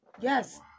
Yes